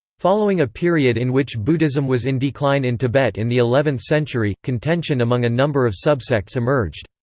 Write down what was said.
following a period in which buddhism was in decline in tibet in the eleventh century, contention among a number of subsects emerged.